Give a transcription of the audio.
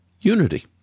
unity